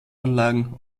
anlagen